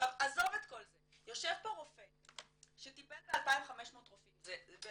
עזוב את כל זה יושב פה רופא שטיפל ב-2500 מטופלים,